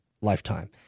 lifetime